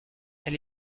elle